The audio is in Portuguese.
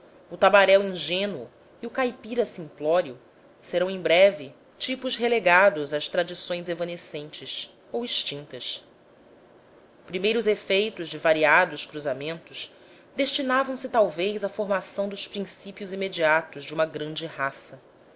o tabaréu ingênuo e o caipira simplório serão em breve tipos relegados às tradições evanescentes ou extintas primeiros efeitos de variados cruzamentos destinavam se talvez à formação dos princípios imediatos de uma grande raça